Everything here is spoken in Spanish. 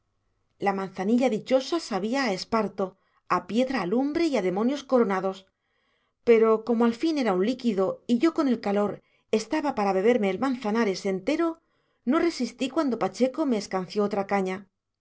la manzanilla dichosa sabía a esparto a piedra alumbre y a demonios coronados pero como al fin era un líquido y yo con el calor estaba para beberme el manzanares entero no resistí cuando pacheco me escanció otra caña